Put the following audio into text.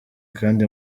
kandi